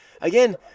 again